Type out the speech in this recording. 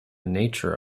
nature